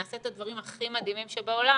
נעשה את הדברים הכי מדהימים שבעולם,